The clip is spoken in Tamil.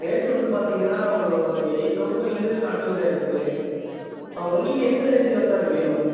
ரேட்டு வந்து பார்த்தீங்கன்னா ஒரு எயிட் தௌசண்ட்ல இருந்தே ஸ்டார்ட்டிங்ல இருக்குது உங்களுக்கு எந்த ரேஞ்சில் சார் வேணும்